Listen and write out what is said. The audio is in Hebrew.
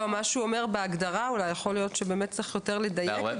אולי צריך לדייק יותר בזה בהגדרה.